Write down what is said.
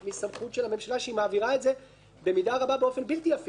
מסמכות מהמשלה שמעבירה את זה במידה רבה באופן בלתי-הפיך בחוק,